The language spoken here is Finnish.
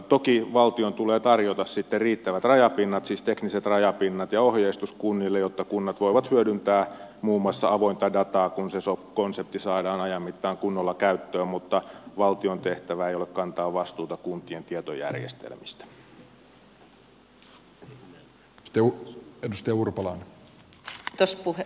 toki valtion tulee tarjota sitten riittävät rajapinnat siis tekniset rajapinnat ja ohjeistus kunnille jotta kunnat voivat hyödyntää muun muassa avointa dataa kun se konsepti saadaan ajan mittaan kunnolla käyttöön mutta valtion tehtävä ei ole kantaa vastuuta kuntien tietojärjestelmistä